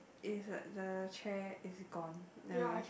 is like the chair is gone nevermind